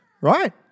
right